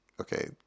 okay